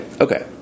Okay